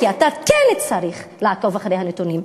כי אתה כן צריך לעקוב אחרי הנתונים,